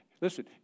Listen